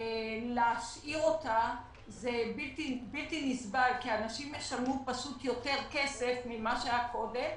להשאיר אותה זה בלתי נסבל כי אנשים ישלמו יותר כסף ממה ששלמו קודם.